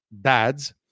Dads